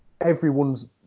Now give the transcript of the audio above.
everyone's